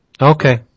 Okay